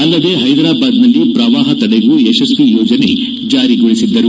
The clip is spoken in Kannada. ಅಲ್ಲದೆ ಹೈದರಾಬಾದ್ನಲ್ಲಿ ಶ್ರವಾಹ ತಡೆಗೂ ಯಶ್ವಿ ಯೋಜನೆ ಜಾರಿಗೊಳಿಸಿದ್ದರು